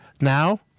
now